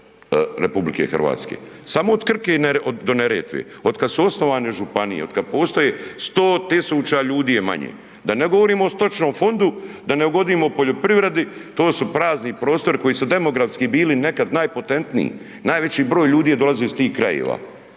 RH. Samo od Krke do Neretve. Od kad su osnovane županije od kad postoje 100.000 ljudi je manje. Da ne govorimo o stočnom fondu, da ne govorimo o poljoprivredi, to su prazni prostori koji su demografski bili najpotentniji, najveći broj ljudi je dolazio iz tih krajeva,